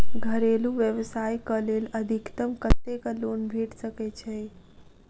घरेलू व्यवसाय कऽ लेल अधिकतम कत्तेक लोन भेट सकय छई?